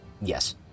Yes